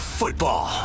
football